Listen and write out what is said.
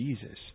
Jesus